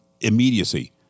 immediacy